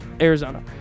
Arizona